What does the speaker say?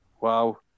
wow